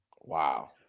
Wow